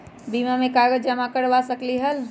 बीमा में कागज जमाकर करवा सकलीहल?